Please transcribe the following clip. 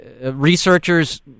researchers